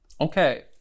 Okay